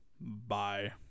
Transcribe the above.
Bye